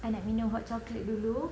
I nak minum hot chocolate dulu